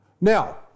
Now